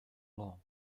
law